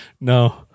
no